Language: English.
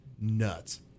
nuts